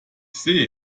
sehe